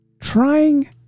trying